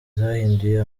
zahinduye